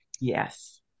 Yes